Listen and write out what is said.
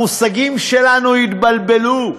המושגים שלנו התבלבלו.